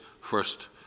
first